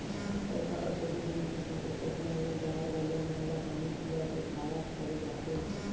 बड़का अउ छोटे दूनो किसम के कोटना ले गाय गरुवा मन ल पानी पीया के कारज करे जाथे